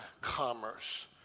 commerce